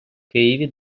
києві